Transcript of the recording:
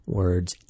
words